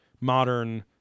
modern